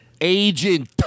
Agent